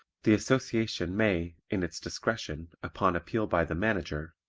the association may, in its discretion, upon appeal by the manager,